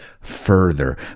further